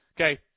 okay